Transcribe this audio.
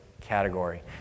category